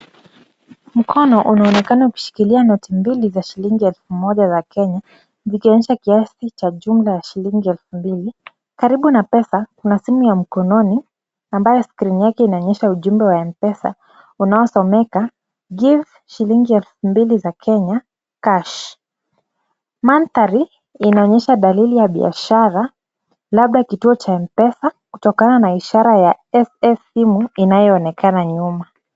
Mkono unaonekana kushikilia noti mbili za shillingi elfu moja za Kenya, zikionyesha kiasi cha jumla ya shillingi elfu mbili, karibu na pesa kuna simu ya mkononi ambayo skrini yake inaonyesha ujumbe wa Mpesa unaosomeka give shillingi elfu mbili za Kenya cash , Mandhari inaonyesha dalili ya biashara labda kituo cha Mpesa kutoka ishara ya FF simu inayoonekana nyuma.